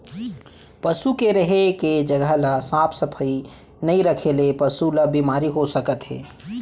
पसू के रेहे के जघा ल साफ सफई नइ रखे ले पसु ल बेमारी हो सकत हे